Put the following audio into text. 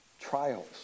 trials